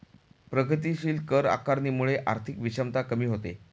प्रगतीशील कर आकारणीमुळे आर्थिक विषमता कमी होते